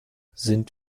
sind